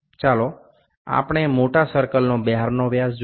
ચાલો આપણે મોટા સર્કલનો બહારનો વ્યાસ જોઈએ